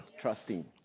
Trusting